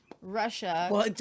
Russia